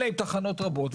אלא עם תחנות רבות,